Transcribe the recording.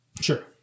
Sure